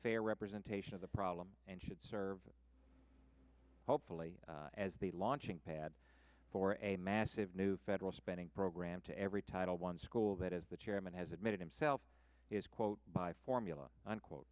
fair representation of the problem and should serve hopefully as the launching pad for a massive new federal spending program to every title one school that as the chairman has admitted himself is quote by formula unquote